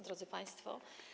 Drodzy Państwo!